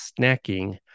snacking